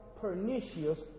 pernicious